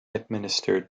administered